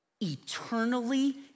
eternally